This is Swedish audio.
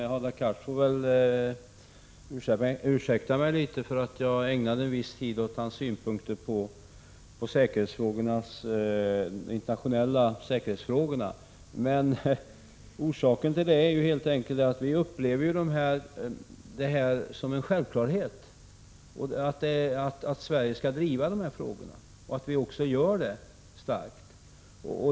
Herr talman! Hadar Cars får väl ursäkta mig litet för att jag ägnade en viss tid åt hans synpunkter på de internationella säkerhetsfrågorna. Orsaken till detta är helt enkelt att vi upplever det som en självklarhet att Sverige starkt skall driva dessa frågor och att vi också gör detta.